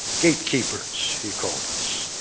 gatekeepers, he called us.